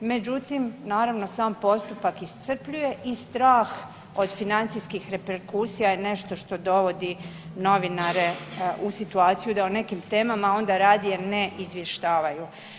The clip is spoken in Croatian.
Međutim, sam postupak iscrpljuje i strah od financijskih reperkusija je nešto što dovodi novinare u situaciju da o nekim temama onda radije ne izvještavaju.